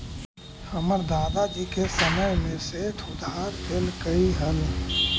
हमर दादा जी के समय में सेठ उधार देलकइ हल